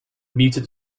mutant